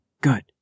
good